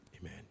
Amen